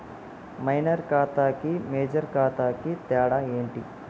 Minor ఖాతా కి major ఖాతా కి తేడా ఏంటి?